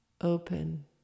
Open